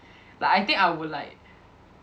like I think I would like